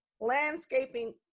Landscaping